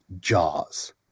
Jaws